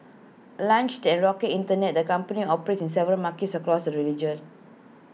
launched at rocket Internet the company operates in several markets across the religion